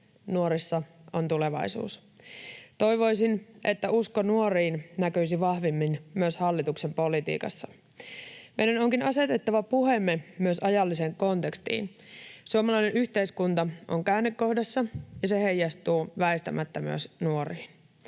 nuorissa on tulevaisuus. Toivoisin, että usko nuoriin näkyisi vahvemmin myös hallituksen politiikassa. Meidän onkin asetettava puheemme myös ajalliseen kontekstiin. Suomalainen yhteiskunta on käännekohdassa, ja se heijastuu väistämättä myös nuoriin.